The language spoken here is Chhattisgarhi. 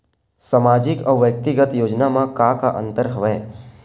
सामाजिक अउ व्यक्तिगत योजना म का का अंतर हवय?